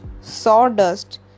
sawdust